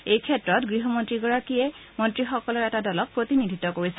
এই ক্ষেত্ৰত গৃহমন্ত্ৰী গৰাকীয়ে মন্ত্ৰীসকলৰ এটা দলক প্ৰতিনিধিত্ব কৰিছে